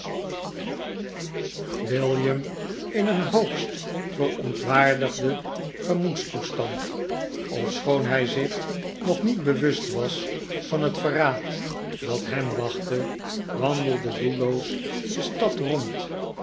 william in een hoogst verontwaardigden gemoedstoestand ofschoon hij zich nog niet bewust was van het verraad dat hem wachtte wandelde doelloos de stad rond